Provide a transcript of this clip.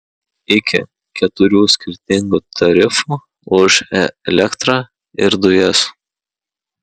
iki keturių skirtingų tarifų už elektrą ir dujas